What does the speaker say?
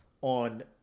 on